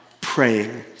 praying